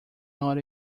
not